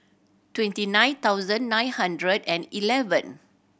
twenty nine thousand nine hundred and eleven